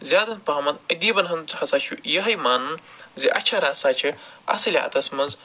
زیادَن پَہمَن ادیٖبَن ہُند ہسا چھُ یِہوٚے ماننہٕ زِ اَچھر ہسا چھِ اَصلِحاتَس منٛز